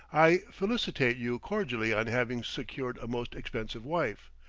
i felicitate you cordially on having secured a most expensive wife.